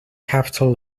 capital